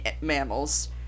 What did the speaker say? mammals